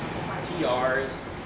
PRs